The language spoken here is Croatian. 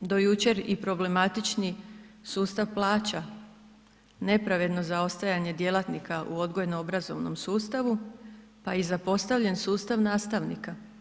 do jučer i problematični sustav plaća, nepravedno zaostajanje djelatnika u odgojno-obrazovnom sustavu, pa i zapostavljen sustav nastavnika.